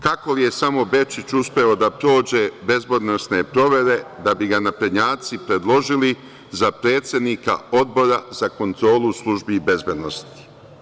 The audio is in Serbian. Kako li je samo Bečić uspeo da prođe bezbednosne provere da bi ga naprednjaci predložili za predsednika Odbora za kontrolu službi bezbednosti?